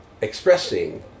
expressing